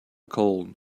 cold